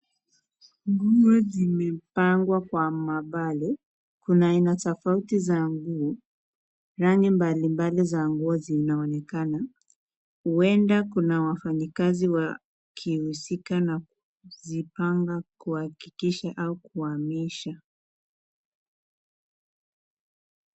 Nguo zimepangwa kwa mabale . Kuna aina tofauti za nguo. Rangi mbalimbali za nguo zinaonekana. Huenda kuna wafanyikazi wakihusika na kuzipanga, kuhakikisha au kuhamisha.